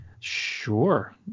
Sure